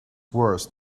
worse